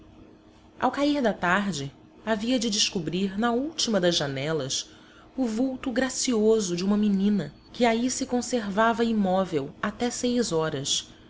ao cair da tarde havia de descobrir na última das janelas o vulto gracioso de uma menina que aí se conservava imóvel até seis horas